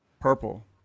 purple